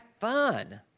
fun